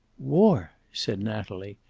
war! said natalie,